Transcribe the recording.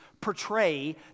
portray